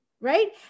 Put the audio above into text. right